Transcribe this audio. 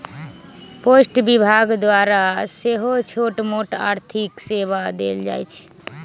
post विभाग द्वारा सेहो छोटमोट आर्थिक सेवा देल जाइ छइ